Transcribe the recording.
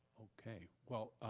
ok. well,